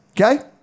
okay